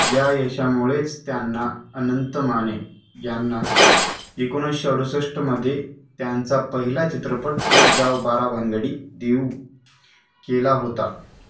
या यशामुळेच त्यांना अनंत माने यांना एकोणवीसशे अडुसष्टमध्ये त्यांचा पहिला चित्रपट एक गाव बारा भानगडी देऊ केला होता